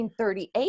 1938